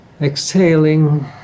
exhaling